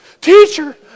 Teacher